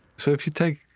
so if you take,